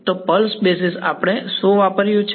તો pulse basis આપણે શું વાપર્યું છે